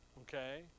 okay